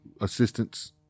assistance